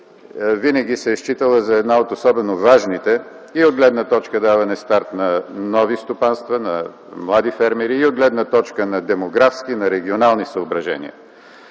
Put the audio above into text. винаги се е считала за една от особено важните и от гледна точка за даване на старт на нови стопанства на млади фермери, и от гледна точка на демографски, регионални съображения.